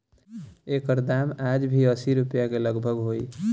एकर दाम आज भी असी रुपिया के लगभग होई